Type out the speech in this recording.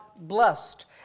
blessed